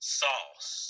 sauce